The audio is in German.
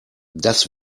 das